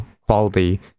quality